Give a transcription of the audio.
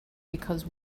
because